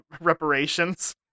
reparations